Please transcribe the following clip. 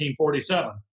1947